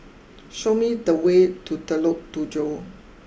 show me the way to Tujoh